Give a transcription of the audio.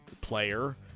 player